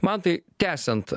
mantai tęsiant